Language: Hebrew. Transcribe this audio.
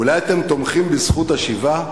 אולי אתם תומכים בזכות השיבה?